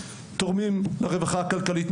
תורמים לרווחה הכלכלית של המדינה,